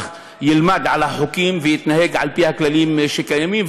ילמד על החוקים ויתנהג על פי הכללים שקיימים.